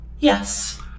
Yes